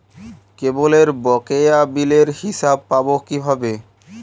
কেবলের বকেয়া বিলের হিসাব পাব কিভাবে?